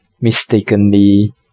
mistakenly